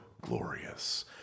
glorious